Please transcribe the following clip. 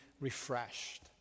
refreshed